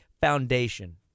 foundation